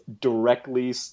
directly